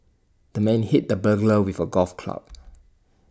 the man hit the burglar with A golf club